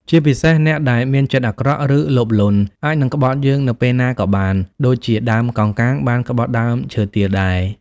ជាពិសេស អ្នកដែលមានចិត្តអាក្រក់ ឬលោភលន់ អាចនឹងក្បត់យើងនៅពេលណាក៏បាន ដូចជាដើមកោងកាងបានក្បត់ដើមឈើទាលដែរ។